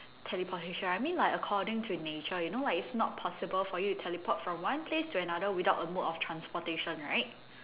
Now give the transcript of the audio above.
teleportation I mean like according to nature you know like it's not possible for you to teleport from one place to another without a mode of transportation right